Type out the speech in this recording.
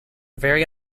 very